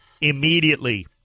Immediately